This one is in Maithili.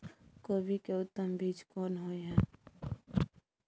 कोबी के उत्तम बीज कोन होय है?